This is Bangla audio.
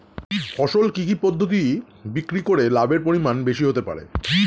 ফসল কি কি পদ্ধতি বিক্রি করে লাভের পরিমাণ বেশি হতে পারবে?